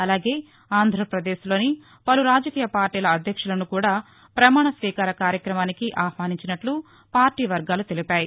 అలాగే ఆంధ్రప్రదేశ్ లోని పలు రాజకీయ పార్టీల అధ్యక్షులను కూడా పమాణస్వీకార కార్యక్రమానికి ఆహ్వానించినట్ల పార్టీ వర్గాలు తెలిపాయి